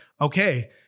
okay